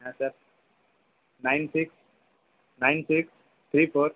হ্যাঁ sir nine six nine six three four